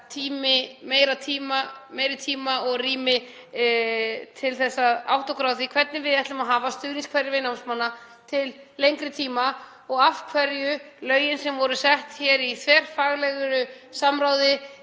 meira tíma og rými til að átta okkur á því hvernig við ætlum að hafa stuðningskerfi námsmanna til lengri tíma og af hverju lögin sem voru sett hér í þverfaglegu samráði